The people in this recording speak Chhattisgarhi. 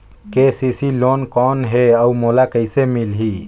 के.सी.सी लोन कौन हे अउ मोला कइसे मिलही?